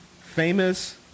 famous